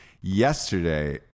yesterday